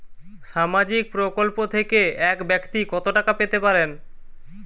সামাজিক প্রকল্প থেকে এক ব্যাক্তি কত টাকা পেতে পারেন?